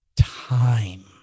time